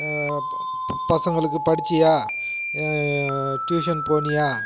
பசங்களுக்கு படிச்சியா ட்யூஷன் போனீயா